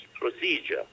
procedure